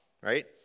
right